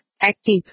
Active